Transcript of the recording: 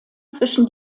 zwischen